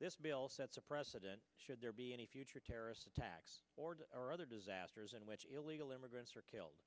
this bill sets a precedent should there be any future terrorist attacks or other disasters in which illegal immigrants are killed